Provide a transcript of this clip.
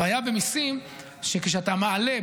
הבעיה במיסים היא שכשאתה מעלה,